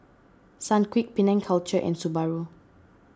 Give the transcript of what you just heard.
Sunquick Penang Culture and Subaru